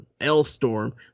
L-Storm